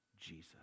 Jesus